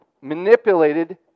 manipulated